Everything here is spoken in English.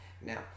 now